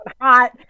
hot